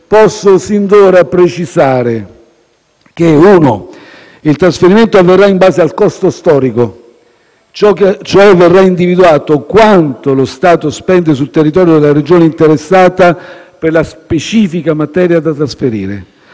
posso sin d'ora precisare che il trasferimento avverrà in base al costo storico, cioè verrà individuato quanto lo Stato spende sul territorio della Regione interessata per la specifica materia da trasferire;